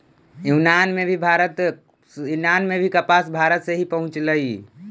यूनान में भी कपास भारते से ही पहुँचलई